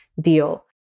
deal